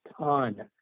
ton